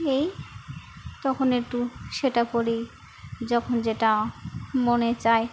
এই তখন একটু সেটা পড়ি যখন যেটা মনে চায়